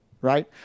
right